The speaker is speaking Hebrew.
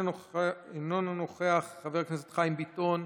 אינו נוכח, חבר הכנסת חיים ביטון,